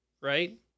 right